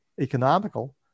economical